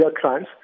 crimes